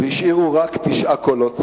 והשאירו רק תשעה קולות צפים.